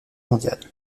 mondiale